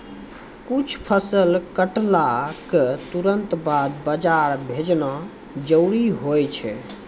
कुछ फसल कटला क तुरंत बाद बाजार भेजना जरूरी होय छै